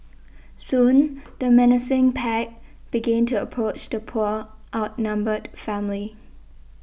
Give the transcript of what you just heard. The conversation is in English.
soon the menacing pack began to approach the poor outnumbered family